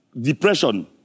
depression